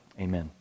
Amen